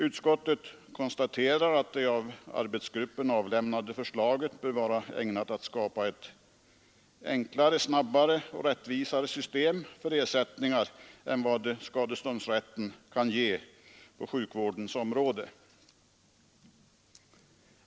Utskottet konstaterar att arbetsgruppens förslag bör vara ägnat att skapa ett enklare, snabbare och rättvisare system för ersättningar än vad skadeståndsrätten kan ge på sjukvårdens område.